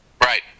Right